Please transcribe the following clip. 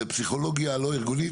זו פסיכולוגיה לא ארגונית,